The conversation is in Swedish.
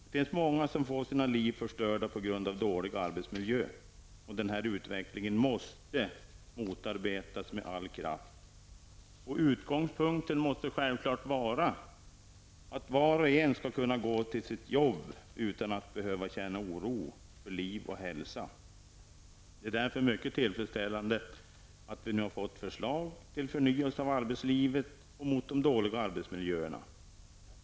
Det finns många som får sina liv förstörda på grund av dålig arbetsmiljö, och denna utveckling måste motarbetas med all kraft. Utgångspunkten måste självfallet vara att var och en skall kunna gå till sitt arbete utan att behöva känna oro för liv och hälsa. Det är därför mycket tillfredsställande att vi nu har fått förslag till förnyelse av arbetslivet och åtgärder mot de dåliga arbetsmiljöerna.